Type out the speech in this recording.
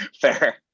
Fair